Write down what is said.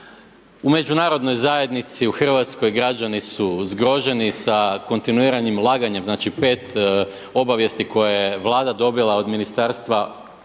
u međunarodnoj zajednici, u Hrvatskoj, građani su zgroženi sa kontinuiranim laganjem, znači 5 obavijesti koje je Vlada dobila od ministarstva